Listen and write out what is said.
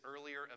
earlier